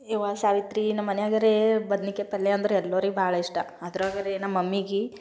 ಅವ್ವಾ ಸಾವಿತ್ರಿ ನಮ್ಮ ಮನೆಯಾಗಾರೆ ಬದ್ನೀಕಾಯಿ ಪಲ್ಯ ಅಂದರೆ ಎಲ್ಲರಿಗ್ ಭಾಳ ಇಷ್ಟ ಅದ್ರಗಾರೆ ನಮ್ಮ ಮಮ್ಮಿಗೆ